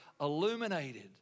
illuminated